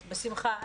בשמחה.